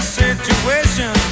situation